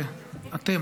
ואתם,